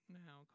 now